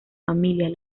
familias